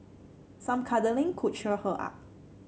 some cuddling could cheer her up